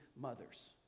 mothers